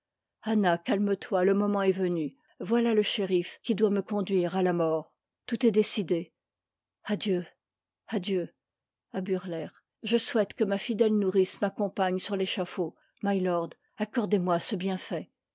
calme-toi le moment est venu voità ie shérif qui doit me conduire à la mort tout est décidé adieu adieu cmr e ya je souhaite que ma fidèle nourrice m'accompagne sur l'échafaud mi ord accordez-moi ce bienfait